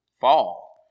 fall